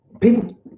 people